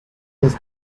his